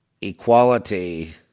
equality